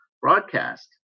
broadcast